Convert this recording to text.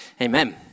Amen